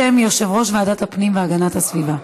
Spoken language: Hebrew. בשם יושב-ראש ועדת הפנים והגנת הסביבה.